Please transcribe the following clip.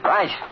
Right